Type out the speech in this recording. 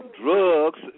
Drugs